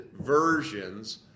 versions